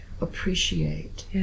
appreciate